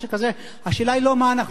השאלה היא לא מה אנחנו עושים להם,